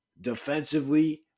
Defensively